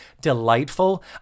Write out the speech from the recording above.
delightful